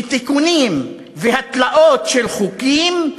שתיקונים והטלאות של חוקים,